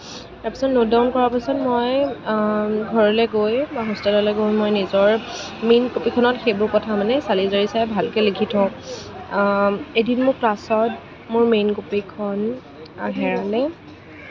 তাৰপিছত note down কৰাৰ পাছত মই ঘৰলৈ গৈ বা হোষ্টেললৈ গৈ মই নিজৰ মেইন কপীখনত সেইবোৰ কথা মানে চালি জাৰি চাই ভালকৈ লিখি থওঁ এদিন মোৰ ক্লাছত মোৰ মেইন কপীখন হেৰালে